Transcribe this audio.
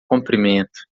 comprimento